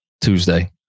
Tuesday